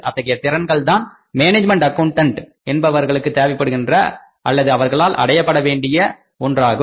அத்தகைய திறன்கள்தான் management accountant என்பவர்களுக்கு தேவைப்படுகின்றது அல்லது அவர்களால் அடையப்பட வேண்டியது ஒன்றாகும்